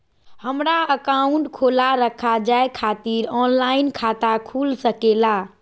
हमारा अकाउंट खोला रखा जाए खातिर ऑनलाइन खाता खुल सके ला?